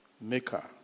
maker